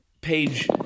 page